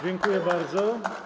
Dziękuję bardzo.